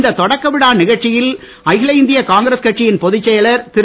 இந்த தொடக்கவிழா நிகழ்ச்சியில் அகில இந்திய காங்கிரஸ் கட்சியின் பொதுச்செயலர் திரு